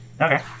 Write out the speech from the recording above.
Okay